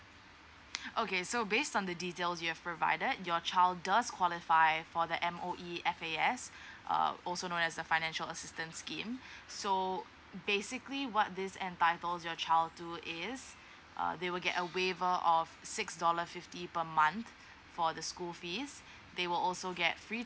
okay so based on the details you have provided your child does qualify for the M_O_E F A S uh also known as a financial assistance scheme so basically what this entitles your child to is uh they will get a waiver of six dollar fifty per month for the school fees they will also get free